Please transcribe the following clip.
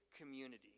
community